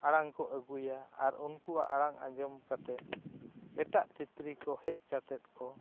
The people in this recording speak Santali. ᱟᱲᱟᱝ ᱠᱚ ᱟᱹᱜᱩᱭᱟ ᱟᱨ ᱩᱱᱠᱩᱣᱟᱜ ᱟᱲᱟᱝ ᱟᱸᱡᱚᱢ ᱠᱟᱛᱮᱫ ᱮᱴᱟᱜ ᱛᱤᱛᱨᱤ ᱠᱚ ᱦᱮᱡ ᱠᱟᱛᱮᱫ ᱠᱚ